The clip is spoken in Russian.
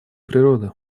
природы